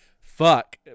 fuck